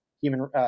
human